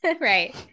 right